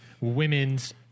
Women's